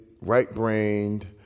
right-brained